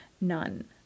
none